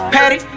Patty